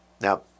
Now